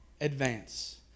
advance